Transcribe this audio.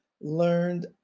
learned